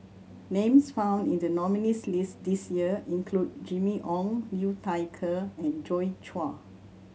names found in the nominees' list this year include Jimmy Ong Liu Thai Ker and Joi Chua